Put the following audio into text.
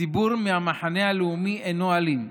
הציבור מהמחנה הלאומי אינו אלים.